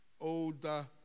older